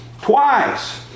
twice